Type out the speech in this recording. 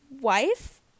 wife